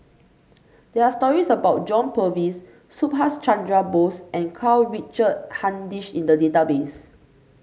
there are stories about John Purvis Subhas Chandra Bose and Karl Richard Hanitsch in the database